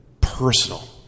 personal